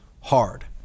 hard